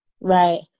Right